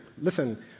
Listen